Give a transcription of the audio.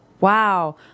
Wow